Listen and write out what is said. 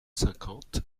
cinquante